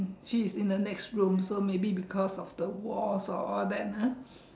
she's in the next room so maybe because of the walls or all that ah